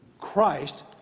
Christ